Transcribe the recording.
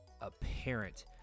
apparent